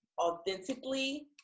authentically